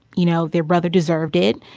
you know, their brother deserved it.